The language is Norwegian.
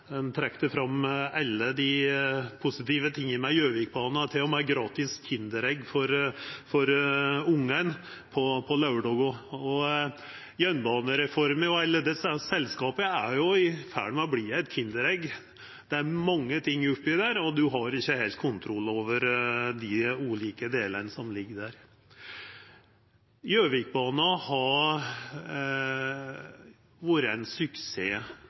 trekte fram alle dei positive tinga med Gjøvikbana, til og med gratis Kinderegg til ungane på laurdagar. Jernbanereforma og alle desse selskapa er jo i ferd med å verta eit kinderegg. Det er mange ting oppi det, og ein har ikkje heilt kontroll over dei ulike delane som ligg der. Gjøvikbana har vore ein suksess